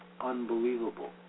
unbelievable